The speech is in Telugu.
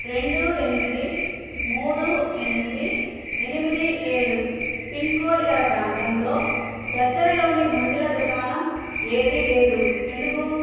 రెండు ఎనిమిది మూడు ఎనిమిది ఎనిమిది ఏడు పిన్ కోడ్ గల ప్రాంతంలో దగ్గరలోని మందుల దుకాణం ఏదీ లేదు ఎందుకు